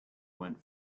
went